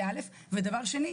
דבר שני,